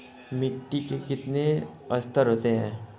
मिट्टी के कितने संस्तर होते हैं?